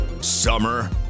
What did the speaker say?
summer